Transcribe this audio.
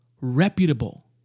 reputable